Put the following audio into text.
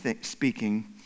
speaking